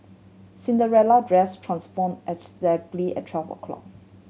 Cinderella dress transformed exactly at twelve o'clock